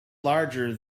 larger